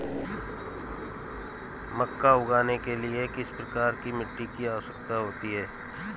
मक्का उगाने के लिए किस प्रकार की मिट्टी की आवश्यकता होती है?